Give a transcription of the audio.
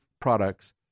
products